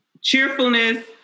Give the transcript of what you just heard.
cheerfulness